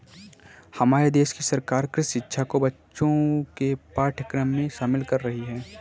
हमारे देश की सरकार कृषि शिक्षा को बच्चों के पाठ्यक्रम में शामिल कर रही है